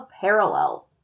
parallel